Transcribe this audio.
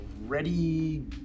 ready